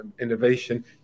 innovation